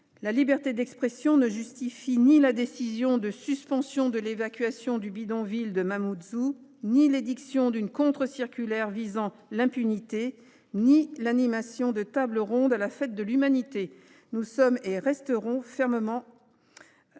La liberté d’expression ne justifie ni la décision de suspendre l’évacuation du bidonville de Mamoudzou, ni l’édiction d’une contre-circulaire visant à l’impunité, ni l’animation de tables rondes lors de la fête de. Nous sommes, et nous resterons, extrêmement